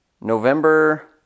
November